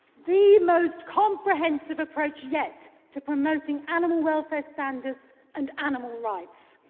the most comprehensive approach yet to promoting animal welfare standards and animal rights.